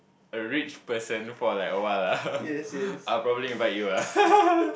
a rich person for like a while ah I'll probably invite you ah